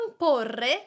comporre